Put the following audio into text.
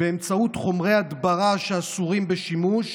באמצעות חומרי הדברה אסורים בשימוש.